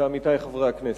עמיתי חברי הכנסת,